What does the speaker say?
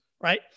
right